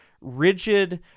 rigid